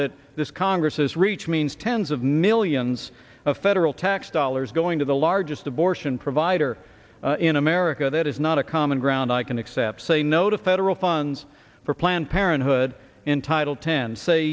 that this congress has reach means tens of millions of federal tax dollars going to the largest abortion provider in america that is not a common ground i can accept say no to federal funds for planned parenthood in title ten say